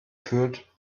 führt